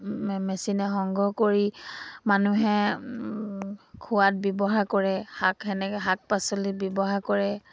মেচিনে সংগ্ৰহ কৰি মানুহে খোৱাত ব্যৱহাৰ কৰে শাক সেনেকৈ শাক পাচলিত ব্যৱহাৰ কৰে